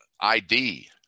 ID